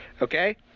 okay